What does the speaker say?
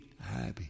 happy